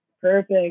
Perfect